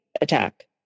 attack